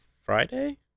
Friday